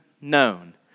known